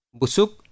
Busuk